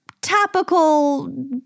topical